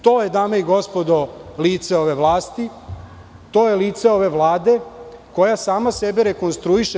To je, dame i gospodo, lice ove vlasti, to je lice ove Vlade koja sama sebe rekonstruiše.